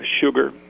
sugar